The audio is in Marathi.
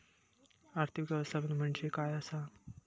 आर्थिक व्यवस्थापन म्हणजे काय असा?